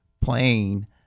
playing